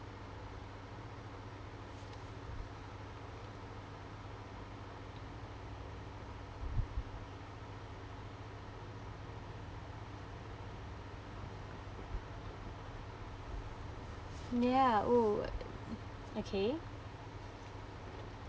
ya oh okay